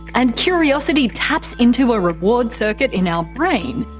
and curiosity taps into a reward circuit in our brain.